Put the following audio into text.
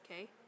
okay